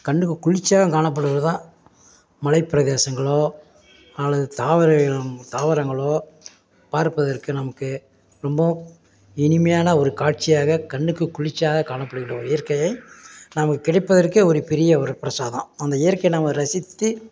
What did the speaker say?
கண்ணுக்கு குளிர்ச்சியாகவும் காணப்படுவது தான் மலைப்பிரதேசங்களோ அல்லது தாவரவியல் தாவரங்களோ பார்ப்பதற்கு நமக்கு ரொம்ப இனிமையான ஒரு காட்சியாக கண்ணுக்கு குளிர்ச்சியாக காணப்படுகின்ற ஒரு இயற்கையை நமக்கு கிடைப்பதற்கே ஒரு பெரிய ஒரு பிரசாதம் அந்த இயற்கை நாம் ரசித்து